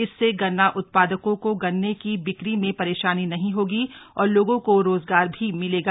इससे गन्ना उत्पादकों को गन्ने की बिक्री में परेशानी नहीं होगी और लोगों को रोजगार भी मिलेगा